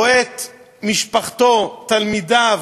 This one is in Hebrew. רואה את משפחתו, תלמידיו,